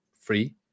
free